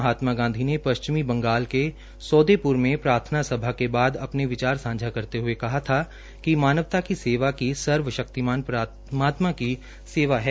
महात्मा गांधी ने पश्चिमी बंगाल के सोदेप्र में प्रार्थना सभा के बाद अपने विचार सांझा करते हथे कहा था कि मानवता की सेवा की सर्व शक्तिमान परमात्मा की सेवा है